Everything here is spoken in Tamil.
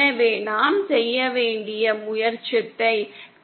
எனவே நாம் செய்ய முயற்சித்ததை